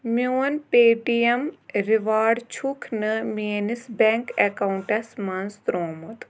میون Paytm reward چھُکھ نہٕ میٲنِس بیٚنٛک اکاونٹَس منٛز ترٛوومُت